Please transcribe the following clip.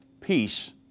peace